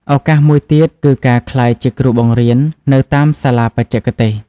ឱកាសមួយទៀតគឺការក្លាយជាគ្រូបង្រៀននៅតាមសាលាបច្ចេកទេស។